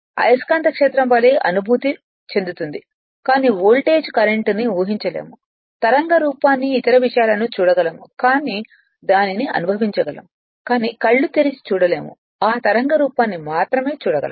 అయస్కాంత క్షేత్రం వలె అనుభూతి చెందుతుంది కానీ వోల్టేజ్ కరెంట్ను ఊహించలేము తరంగ రూపాన్ని ఇతర విషయాలను చూడగలము కానీ దానిని అనుభవించగలము కానీ కళ్ళు తెరిచి చూడలేము ఆ తరంగ రూపాన్ని మాత్రమే చూడగలము